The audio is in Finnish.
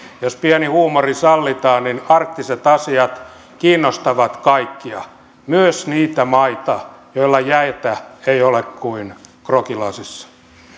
jos pieni huumori sallitaan niin arktiset asiat kiinnostavat kaikkia myös niitä maita joilla jäitä ei ole kuin grogilasissa